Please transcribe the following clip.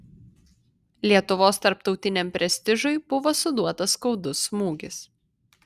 lietuvos tarptautiniam prestižui buvo suduotas skaudus smūgis